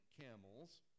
camels